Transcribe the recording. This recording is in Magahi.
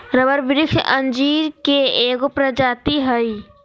रबर वृक्ष अंजीर के एगो प्रजाति हइ